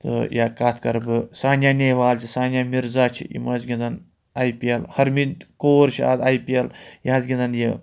تہٕ یا کَتھ کَرٕ بہٕ سانیا نیوال چھِ سانیا مِرزا چھِ یِم ٲسۍ گِنٛدن آی پی ایل ہرمِند کور چھِ آز آی پی ایل یہِ حظ گِنٛدان یہِ